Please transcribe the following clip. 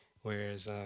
Whereas